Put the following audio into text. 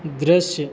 दृश्य